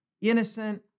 innocent